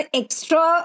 extra